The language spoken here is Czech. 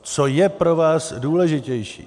Co je pro vás důležitější?